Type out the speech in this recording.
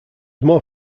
more